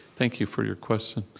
thank you for your question.